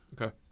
Okay